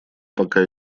пока